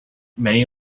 many